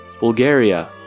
Bulgaria